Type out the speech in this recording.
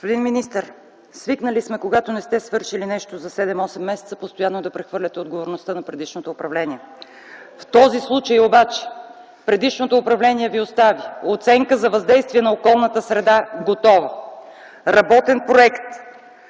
министър, свикнали сме, когато не сте свършили нещо за 7-8 месеца, постоянно да прехвърляте отговорността на предишното управление. В този случай обаче предишното управление ви остави: оценка за въздействие на околната среда – готова; работен проект